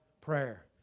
prayer